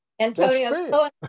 Antonio